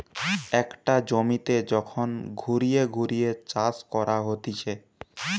একটা জমিতে যখন ঘুরিয়ে ঘুরিয়ে চাষ করা হতিছে